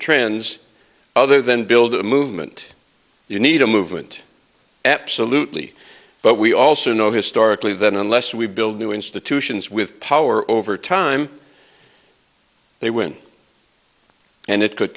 trends other than build a movement you need a movement absolutely but we also know historically then unless we build new institutions with power over time they win and it could